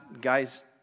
guys